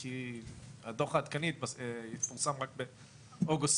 כי הדוח העדכני יפורסם רק באוגוסט,